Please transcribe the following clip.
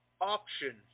option